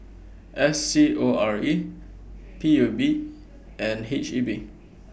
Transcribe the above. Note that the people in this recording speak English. S C O R E P U B and H E B